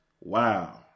Wow